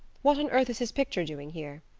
what on earth is his picture doing here?